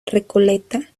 recoleta